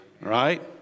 right